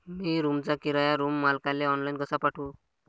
मी रूमचा किराया रूम मालकाले ऑनलाईन कसा पाठवू?